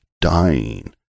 dying